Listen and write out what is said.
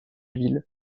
ville